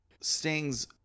Sting's